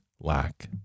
lack